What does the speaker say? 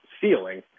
ceiling